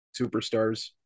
superstars